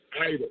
idle